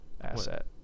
asset